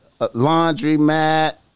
laundromat